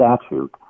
statute